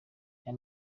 aya